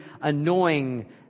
annoying